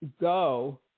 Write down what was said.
go